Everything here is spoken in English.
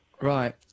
right